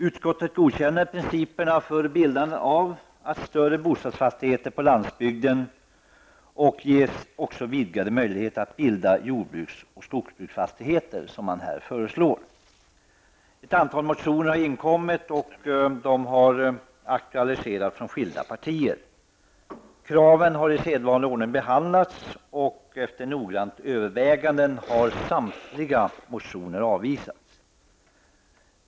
Utskottet godkänner principerna för bildande av större bostadsfastigheter på landsbygden och ger också vidgade möjligheter för bildande av jordbruks och skogsbruksfastigheter, vilket här föreslås. Ett antal motioner har aktualiserats från skilda partier. Kraven har i sedvanlig ordning behandlats, och efter noggrant övervägande har samtliga motioner avvisats.